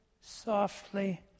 softly